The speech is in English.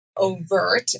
overt